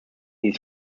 his